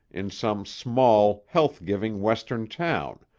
in some small, health-giving western town,